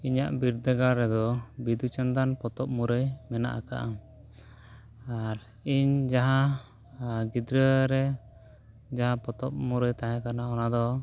ᱤᱧᱟᱹᱜ ᱵᱤᱨᱫᱟᱹᱜᱟᱲ ᱨᱮᱫᱚ ᱵᱤᱸᱫᱩᱼᱪᱟᱸᱫᱟᱱ ᱯᱚᱛᱚᱵᱽ ᱢᱩᱨᱟᱹᱭ ᱢᱮᱱᱟᱜ ᱠᱟᱜᱼᱟ ᱟᱨ ᱤᱧ ᱡᱟᱦᱟᱸ ᱜᱤᱫᱽᱨᱟᱹ ᱨᱮ ᱡᱟᱦᱟᱸ ᱯᱚᱛᱚᱵᱽ ᱢᱩᱨᱟᱹᱭ ᱛᱟᱦᱮᱸ ᱠᱟᱱᱟ ᱚᱱᱟᱫᱚ